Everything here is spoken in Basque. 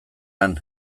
han